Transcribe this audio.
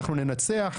אנחנו ננצח,